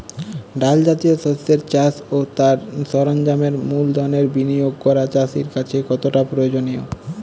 ডাল জাতীয় শস্যের চাষ ও তার সরঞ্জামের মূলধনের বিনিয়োগ করা চাষীর কাছে কতটা প্রয়োজনীয়?